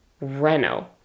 Renault